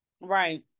right